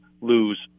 lose